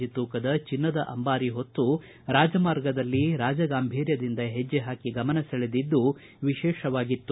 G ತೂಕದ ಚಿನ್ನದ ಅಂಬಾರಿ ಹೊತ್ತು ರಾಜಮಾರ್ಗದಲ್ಲಿ ರಾಜಗಾಂಭೀರ್ಯದಿಂದ ಹೆಜ್ಜೆ ಹಾಕಿ ಗಮನ ಸೆಳೆದಿದ್ದು ವಿಶೇಷವಾಗಿತ್ತು